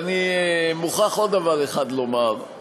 אני מוכרח עוד דבר אחד לומר.